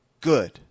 Good